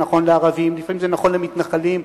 לפעמים זה נכון למתנחלים,